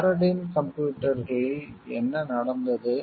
பாரடைன் கம்ப்யூட்டர்களில் என்ன நடந்தது